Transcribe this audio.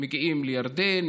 מגיעים לירדן,